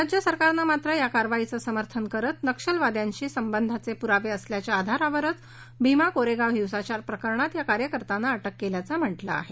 राज्य सरकारनं मात्र या कारवाईचं समर्थन करत नक्षलवाद्यांशी संबंधांचे पुरावे असल्याच्या आधारावरच भीमा कोरेगाव हिंसाचार प्रकरणात या कार्यकर्त्यांना अटक केल्याचं म्हटलं आहे